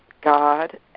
God